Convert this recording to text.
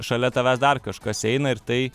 šalia tavęs dar kažkas eina ir tai